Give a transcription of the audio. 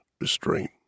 restraint